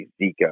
Zika